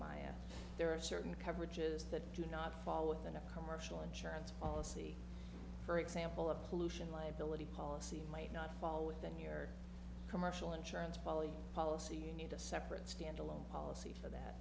my there are certain coverages that do not fall within a commercial insurance policy for example of pollution liability policy might not fall within your commercial insurance policy policy need a separate standalone policy for th